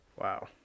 Wow